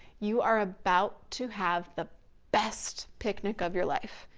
you are about to have the best picnic of your life.